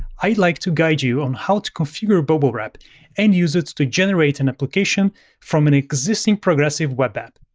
i'd like to guide you on how to configure bubblewrap and use it to generate an application from an existing progressive web app.